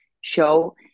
show